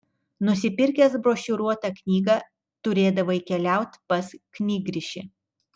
nusipirkęs brošiūruotą knygą turėdavai keliaut pas knygrišį